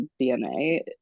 DNA